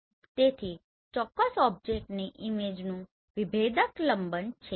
તેથી તે ચોક્કસ ઓબ્જેક્ટની ઈમેજનું વિભેદક લંબન છે